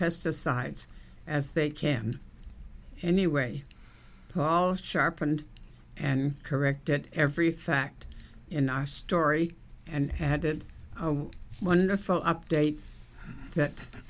pesticides as they can anyway paul sharpened and corrected every fact in our story and had it wonderful update that